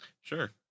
Sure